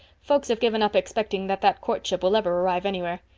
folks have given up expecting that that courtship will ever arrive anywhere.